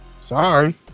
sorry